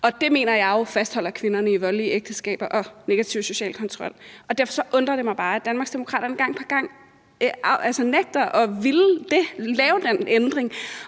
Det mener jeg jo fastholder kvinderne i voldelige ægteskaber og negativ social kontrol, og derfor undrer det mig bare, at Danmarksdemokraterne gang på gang afviser at lave den ændring.